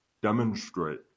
Demonstrate